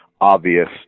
Obvious